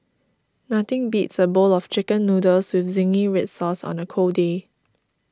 nothing beats a bowl of Chicken Noodles with Zingy Red Sauce on a cold day